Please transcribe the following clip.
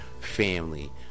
family